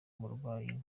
umurwayi